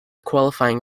qualifying